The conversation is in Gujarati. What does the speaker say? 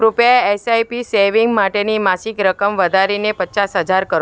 કૃપયા એસ આઈ પી સેવિંગ માટેની માસિક રકમ વધારીને પચાસ હજાર કરો